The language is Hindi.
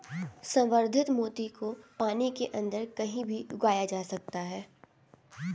संवर्धित मोती को पानी के अंदर कहीं भी उगाया जा सकता है